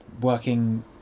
working